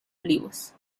olivos